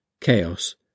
Chaos